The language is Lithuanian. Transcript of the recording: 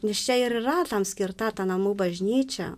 nes čia ir yra tam skirta ta namų bažnyčia